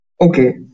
Okay